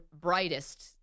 brightest